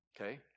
Okay